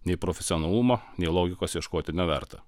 nei profesionalumo nei logikos ieškoti neverta